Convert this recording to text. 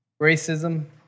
racism